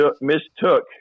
mistook